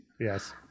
yes